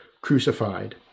crucified